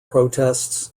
protests